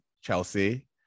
Chelsea